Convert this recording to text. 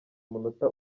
umunota